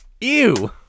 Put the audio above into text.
Ew